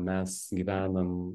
mes gyvenam